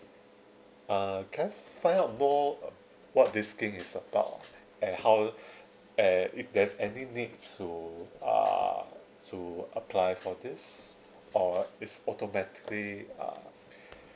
uh can I find out more uh what's this scheme is about ah and how and if there's any need to uh to apply for this or it's automatically uh